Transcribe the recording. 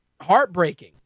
heartbreaking